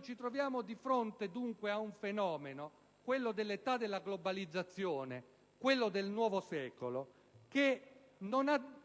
Ci troviamo di fronte ad un fenomeno, quello dell'età della globalizzazione e del nuovo secolo, che non ha